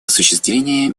осуществлении